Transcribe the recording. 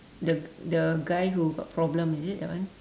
the the guy who got problem is it that one